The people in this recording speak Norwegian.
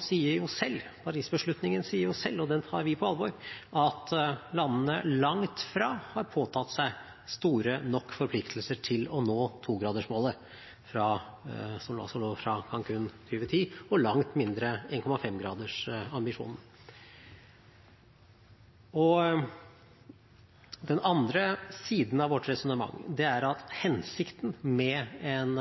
sier selv – og den tar vi på alvor – at landene langt fra har påtatt seg store nok forpliktelser til å nå 2-gradersmålet, altså fra Cancun i 2010, og langt mindre 1,5-gradersambisjonen. Den andre siden av vårt resonnement er at hensikten med en